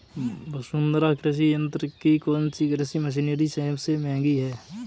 वसुंधरा कृषि यंत्र की कौनसी कृषि मशीनरी सबसे महंगी है?